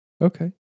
Okay